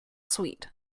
sweet